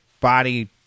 body